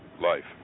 life